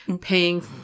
Paying